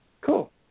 Cool